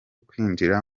kwinjira